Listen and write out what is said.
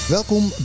Welkom